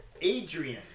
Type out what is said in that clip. Adrian